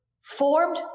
formed